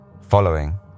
Following